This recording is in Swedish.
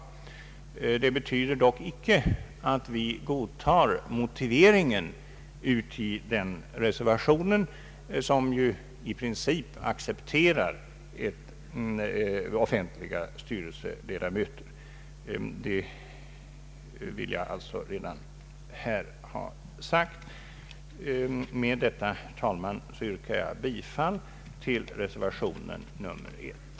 Detta betyder dock icke att vi godtar motiveringen i den reservationen, som i princip accepterar offentliga styrelseledamöter. Med detta, herr talman, yrkar jag bifall till reservation 1.